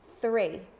Three